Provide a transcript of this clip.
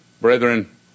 brethren